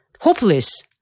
hopeless